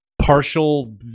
partial